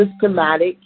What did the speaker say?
systematic